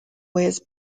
wears